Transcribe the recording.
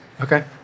Okay